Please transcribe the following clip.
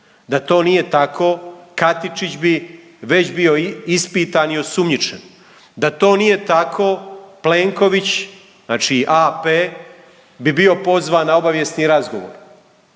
da to nije tako Katičić bi već bio ispitan i osumnjičen, da to nije tako Plenković, znači AP, bi bio pozvan na obavijesni razgovor.